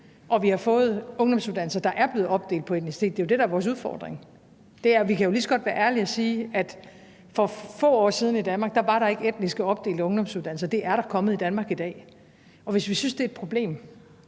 men vi har fået ungdomsuddannelser, der er opdelt ud fra etnicitet, og det er jo det, der er vores udfordring. Vi kan lige så godt være ærlige og sige, at der for få år siden ikke var etnisk opdelte ungdomsuddannelser i Danmark, men det er der kommet i dag. Og hvis vi synes, det er et problem